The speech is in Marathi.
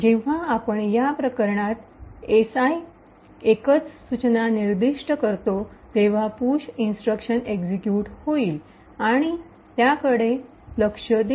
जेव्हा आपण या प्रकरणात si एकच सूचना निर्दिष्ट करतो तेव्हा पुश इंस्ट्रक्शन एक्सिक्यूट होईल आणि आम्ही त्याकडे लक्ष देऊ